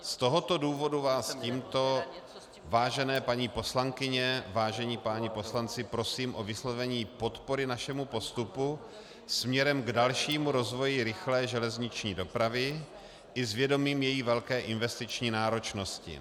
Z tohoto důvodu vás tímto, vážené paní poslankyně, vážení páni poslanci, prosím o vyslovení podpory našemu postupu směrem k dalšímu rozvoji rychlé železniční dopravy i s vědomím její velké investiční náročnosti.